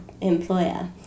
employer